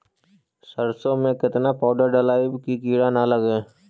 सरसों में केतना पाउडर डालबइ कि किड़ा न लगे?